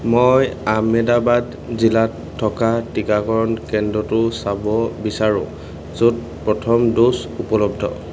মই আহমেদাবাদ জিলাত থকা টীকাকৰণ কেন্দ্ৰটো চাব বিচাৰোঁ য'ত প্ৰথম ড'জ উপলব্ধ